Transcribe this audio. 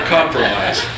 Compromise